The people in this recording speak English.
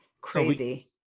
crazy